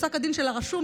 פסק הדין שלה רשום.